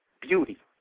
beauty